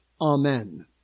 Amen